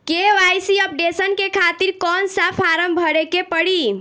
KYC updation के खातिर कौन सा फारम भरे के पड़ी?